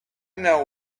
know